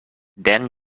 then